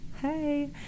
Hey